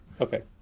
okay